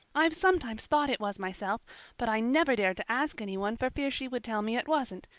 i've sometimes thought it was myself but i never dared to ask anyone for fear she would tell me it wasn't.